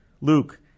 Luke